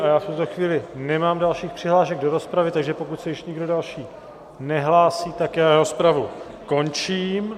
V tuto chvíli nemám dalších přihlášek do rozpravy, takže pokud se již nikdo další nehlásí, rozpravu končím.